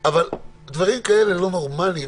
אבל דברים כאלה לא נורמליים,